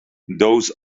those